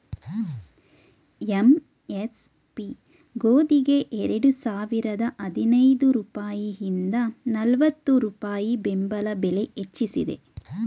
MSP ಗೋದಿಗೆ ಎರಡು ಸಾವಿರದ ಹದಿನೈದು ರೂಪಾಯಿಂದ ನಲ್ವತ್ತು ರೂಪಾಯಿ ಬೆಂಬಲ ಬೆಲೆ ಹೆಚ್ಚಿಸಿದೆ